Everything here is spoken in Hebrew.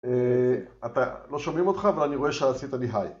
אתה לא שומעים אותך אבל אני רואה שעשית לי היי